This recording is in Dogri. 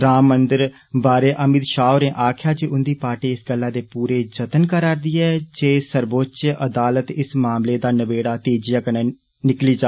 राम मंदिर बारै अमित षाह होरें आक्खेआ जे उन्दी पार्टी इस गल्ला दे पूरे जतन करा रदी ऐ जे सर्वोच्चय अदालता च इस मामले दा नबेडा तेजियां कन्नै निकली जा